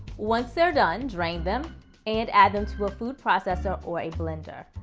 once they're done, drain them and add them to a food processor or a blender,